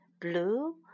Blue